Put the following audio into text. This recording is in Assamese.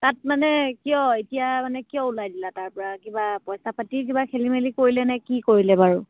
তাত মানে কিয় এতিয়া মানে কিয় ওলাই দিলা তাৰপৰা কিবা পইচা পাতি কিবা খেলি মেলি কৰিলে নে কি কৰিলে বাৰু